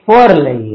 4 લઈએ